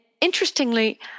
interestingly